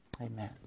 amen